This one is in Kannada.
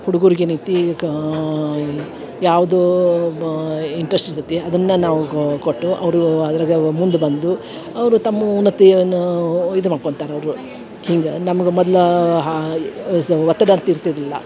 ಹುಡ್ಗುರ್ಗ ಏನೈತಿ ಕಾ ಯಾವುದೂ ಮಾ ಇಂಟ್ರೆಸ್ಟ್ ಇರ್ತತಿ ಅದನ್ನ ನಾವು ಕೊಟ್ಟು ಅವರೂ ಅದ್ರಾಗ ಮುಂದೆ ಬಂದು ಅವರು ತಮ್ಮ ಉನ್ನತಿಯನ್ನು ಇದು ಮಾಡ್ಕೊಂತಾರ ಅವರು ಹಿಂಗೆ ನಮ್ಗ ಮೊದ್ಲಾ ಹಾ ಸ ಒತ್ತಡ ಆಗ್ತಿರ್ತಿರಲಿಲ್ಲ